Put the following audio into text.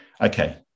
Okay